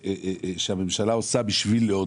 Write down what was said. שהממשלה עושה בשביל לעודד.